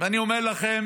ואני אומר לכם